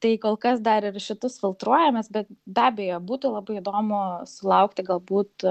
tai kol kas dar ir šitus filtruojamės bet be abejo būtų labai įdomu sulaukti galbūt